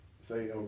say